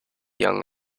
young